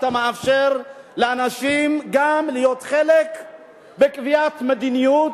אתה מאפשר לאנשים גם להיות חלק בקביעת מדיניות,